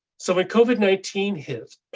so when covid nineteen hit.